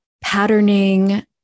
patterning